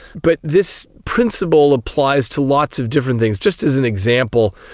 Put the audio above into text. but this principle applies to lots of different things. just as an example,